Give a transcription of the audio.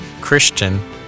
christian